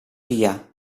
via